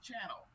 channel